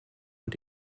und